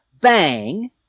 bang